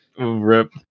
Rip